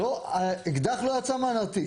האקדח לא יצא מהנרתיק,